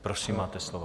Prosím, máte slovo.